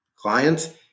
clients